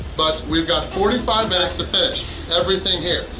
but we've got forty five minutes to finish everything here.